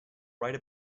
right